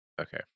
Okay